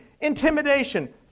Intimidation